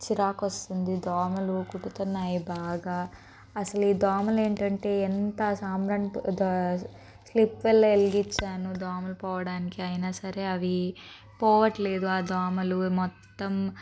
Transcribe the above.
చిరాకు వస్తుంది దోమలు కుడుతున్నాయి బాగా అస్సలు ఈ దోమలు ఏంటంటే ఎంత సాంబ్రాణి స్లీప్ వెల్ వెలిగించాను దోమలు పోవడానికి అయినా సరే అవి పోవట్లేదు ఆ దోమలు మొత్తం